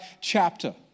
chapter